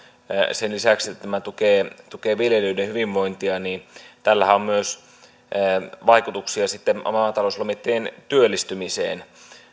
sen lisäksi että tämä tukee tukee viljelijöiden hyvinvointia vaikutuksia myös sitten maatalouslomittajien työllistymiseen